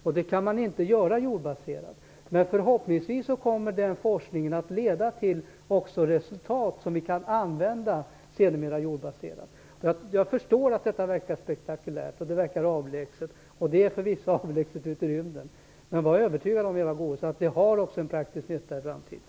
Det här kan alltså inte göras jordbaserat, men förhoppningsvis kommer forskningen på området också att leda till resultat som vi sedermera kan använda jordbaserat. Jag förstår att det här verkar spektakulärt och avlägset. Förvisso är det också avlägset - det handlar ju om rymden. Men Eva Goës kan vara övertygad om att det har praktisk nytta för framtiden.